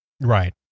Right